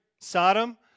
Sodom